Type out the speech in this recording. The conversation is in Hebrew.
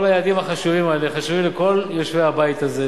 כל היעדים החשובים האלה חשובים לכל יושבי הבית הזה,